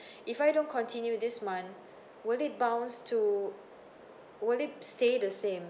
if I don't continue this month would it bounce to would it stay the same